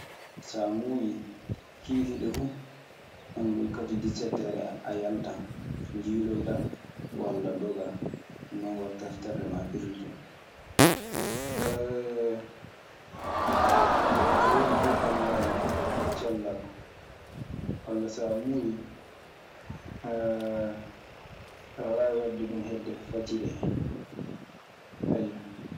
So a muuyii, kiikiiɗe fuu hono wakkati disetteer en, a yaltan, njiiloyɗaa walla dogaa. Non waɗtaa so terle maa pirlitoo. Ana woodi duu banngal cellal walla saa muuyii aɗe waawi wadde ɗun hedde fajiri en. Ayyo.